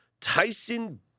Tyson